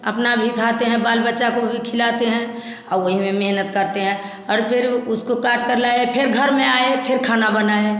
अपना भी खाते हैं बाल बच्चा को भी खिलाते हैं और फिर उसको काट कर लाए फिर घर में आए फिर खाना बनाए हैं